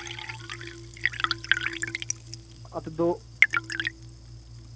ते दो